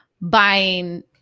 buying